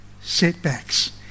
setbacks